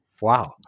Wow